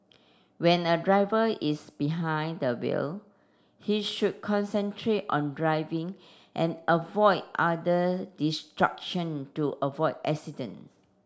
when a driver is behind the wheel he should concentrate on driving and avoid other distraction to avoid accident